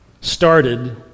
started